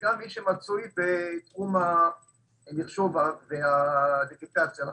וגם מי שמצוי בתחום המחשוב והדיגיטציה.